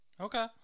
Okay